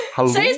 Hello